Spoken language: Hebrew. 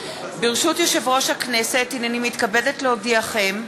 ברשות יושב-ראש הכנסת, הנני מתכבדת להודיעכם,